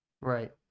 Right